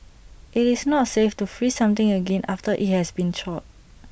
IT is not safe to freeze something again after IT has been thawed